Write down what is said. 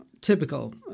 typical